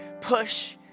push